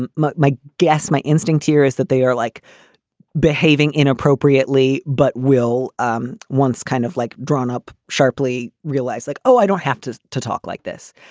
and my my guess, my instinct here is that they are like behaving inappropriately, but will um once kind of like drawn up, sharply realized like, oh, i don't have to to talk like this.